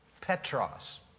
Petros